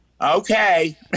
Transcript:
Okay